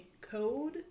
code